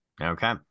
Okay